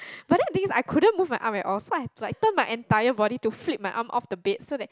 but then the thing is I couldn't move my arm at all so I had to like turn my entire body to flip my arm off the bed so that